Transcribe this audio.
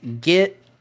get